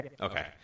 Okay